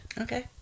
okay